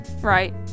right